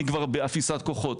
אני כבר באפיסת כוחות.